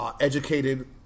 educated